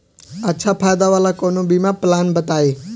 अच्छा फायदा वाला कवनो बीमा पलान बताईं?